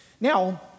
Now